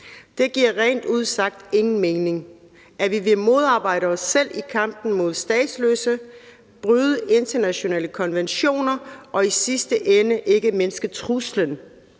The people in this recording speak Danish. Det giver rent ud sagt ingen mening, at vi vil modarbejde os selv i kampen mod statsløshed, bryde internationale konventioner og i sidste ende ikke mindske truslen,